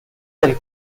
del